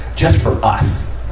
just for us.